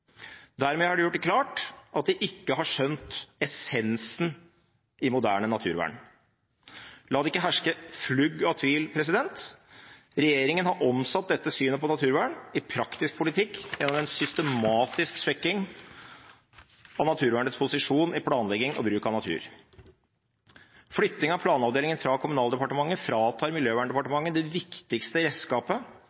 Dermed har de gjort det klart at de ikke har skjønt essensen i moderne naturvern. La det ikke herske et fnugg av tvil: Regjeringen har omsatt dette synet på naturvern i praktisk politikk gjennom en systematisk svekking av naturvernets posisjon i planlegging og bruk av natur. Flytting av planavdelingen fra Kommunaldepartementet fratar